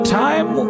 time